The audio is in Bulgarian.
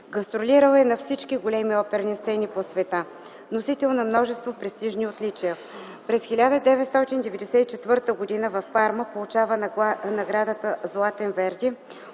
Гастролирал е на всички големи оперни сцени по света, носител на множество престижни отличия. През 1994 г. в Парма получава наградата „Златен Верди”